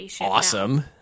awesome